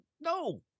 no